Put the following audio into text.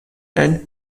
and